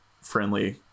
friendly